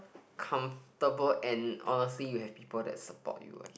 comfortable and honestly you have people that support you I